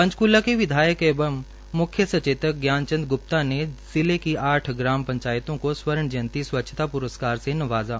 पंचकूला के विधायक एवं मुख्य सचेतक ज्ञानचंद ग्प्ता ने जिले की आठ पंचायतों को स्वर्ण जयंती स्वचछता पुरस्कार से नवाज़ा